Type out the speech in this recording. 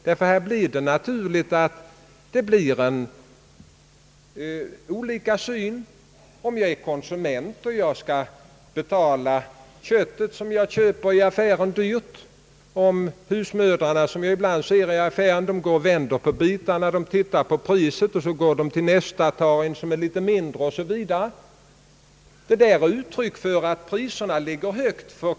Det är naturligt att saker och ting framstår olika om jag är producent eller om jag är konsument och skall betala köttet som jag köper i affären. Jag har sett hur husmödrarna vänder på bitarna och tittar på priset, och så tar de en som är litet mindre än den som de tittade på först. Det är ett uttryck för att priserna ligger högt.